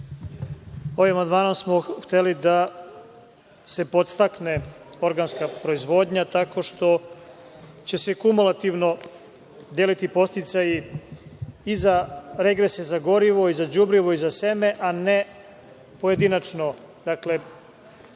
Ovim amandmanom smo hteli da se podstakne organska proizvodnja, tako što će se i kumulativno deliti podsticaji i za regrese za gorivo, i za đubrivo, i za seme, a ne pojedinačno.